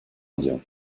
indien